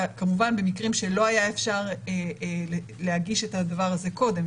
כמובן במקרים שלא היה אפשר להגיש את הדבר הזה קודם,